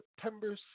September